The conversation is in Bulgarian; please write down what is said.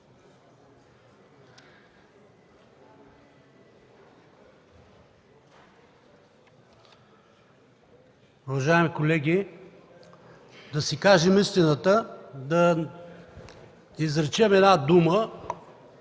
Уважаеми колеги, да си кажем истината, да изречем една дума,